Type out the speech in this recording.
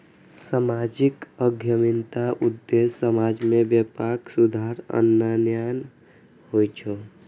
सामाजिक उद्यमिताक उद्देश्य समाज मे व्यापक सुधार आननाय होइ छै